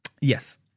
Yes